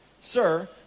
Sir